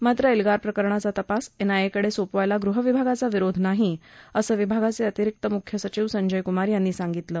मात्र एल्गार प्रकरणाचा तपास एनआयए कडे सोपवायला गृह विभागाचा विरोध नाही असं विभागाचे अतिरिक्त मुख्य सचिव संजय कुमार यांनी आज सांगितलं